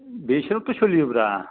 बेसोरबो सोलियोब्रा